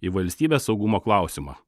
į valstybės saugumo klausimą